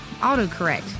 AutoCorrect